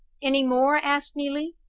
any more? asked neelie,